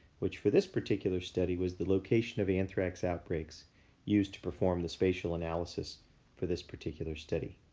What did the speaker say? which for this particular study was the location of anthrax outbreaks used to perform the spatial analysis for this particular study.